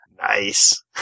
Nice